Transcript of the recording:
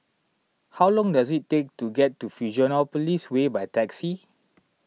how long does it take to get to Fusionopolis Way by taxi